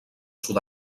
sud